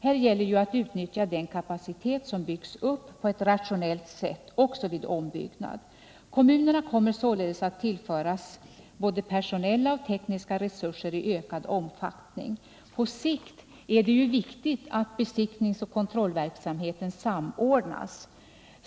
Här gäller det att utnyttja den kapacitet som byggs upp på ett rationellt sätt, också vid ombyggnad. Kommunerna kommer således att tillföras både personella och tekniska resurser i ökad omfattning. På sikt är det viktigt att besiktningsoch kontrollverksamheten samordnas.